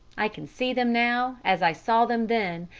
i can see them now, as i saw them then,